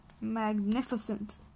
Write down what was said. Magnificent